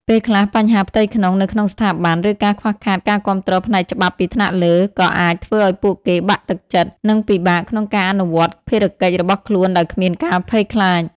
ពេលខ្លះ បញ្ហាផ្ទៃក្នុង នៅក្នុងស្ថាប័ន ឬការខ្វះខាតការគាំទ្រផ្នែកច្បាប់ពីថ្នាក់លើ ក៏អាចធ្វើឲ្យពួកគេបាក់ទឹកចិត្ត និងពិបាកក្នុងការអនុវត្តភារកិច្ចរបស់ខ្លួនដោយគ្មានការភ័យខ្លាច។